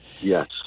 Yes